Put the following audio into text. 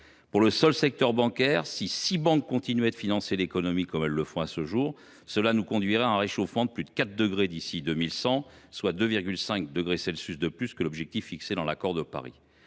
Pour le seul secteur bancaire, si six banques continuaient de financer l’économie comme elles le font à ce jour, cela nous conduirait à un réchauffement de plus de 4 degrés d’ici à 2100, soit de 2,5 degrés de plus que l’objectif fixé dans l’accord de Paris.